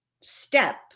step